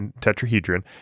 tetrahedron